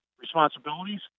responsibilities